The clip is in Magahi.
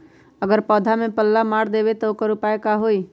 अगर पौधा में पल्ला मार देबे त औकर उपाय का होई?